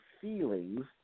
feelings